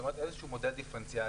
זאת אומרת איזשהו מודל דיפרנציאלי,